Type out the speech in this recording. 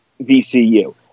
VCU